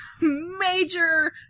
major